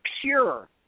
pure